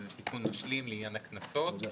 שהוא תיקון משלים לעניין הקנסות.